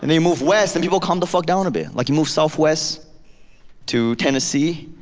and you move west, and people calm the fuck down a bit. like you move southwest to tennessee,